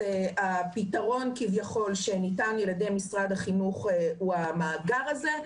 הפתרון כביכול שניתן על ידי משרד החינוך הוא המאגר הזה.